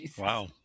Wow